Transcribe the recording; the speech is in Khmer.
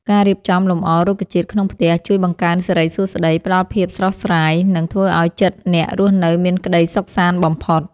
ការរៀបចំលម្អរុក្ខជាតិក្នុងផ្ទះជួយបង្កើនសិរីសួស្តី ផ្តល់ភាពស្រស់ស្រាយ និង ធ្វើឱ្យចិត្តអ្នករស់នៅមានក្តីសុខសាន្តបំផុត។